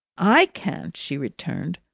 i can't, she returned.